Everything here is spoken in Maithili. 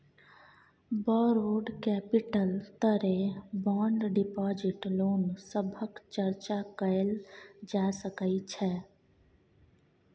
बौरोड कैपिटल तरे बॉन्ड डिपाजिट लोन सभक चर्चा कएल जा सकइ छै